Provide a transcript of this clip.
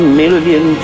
million